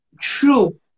true